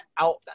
out